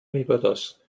barbados